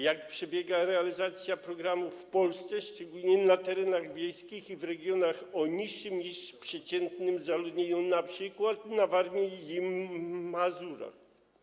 Jak przebiega realizacja programu w Polsce, szczególnie na terenach wiejskich i w regionach o niższym niż przeciętne zaludnieniu, np. na Warmii i Mazurach?